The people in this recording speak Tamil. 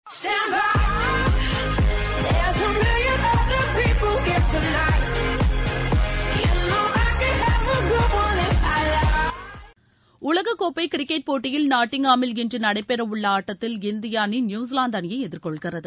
டலகக் கோப்பை கிரிக்கெட் போட்டியில் நாட்டிங்காமில் இன்று நடைபெறவுள்ள ஆட்டத்தில் இந்திய அணி நியூலாந்து அணியை எதிர்கொள்கிறது